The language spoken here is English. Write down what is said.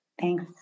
Thanks